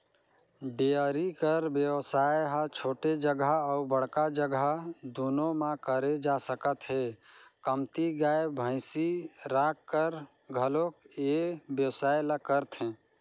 dairy कर बेवसाय ह छोटे जघा अउ बड़का जघा दूनो म करे जा सकत हे, कमती गाय, भइसी राखकर घलोक ए बेवसाय ल करथे